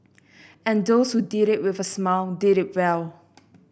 and those who did it with a smile did it well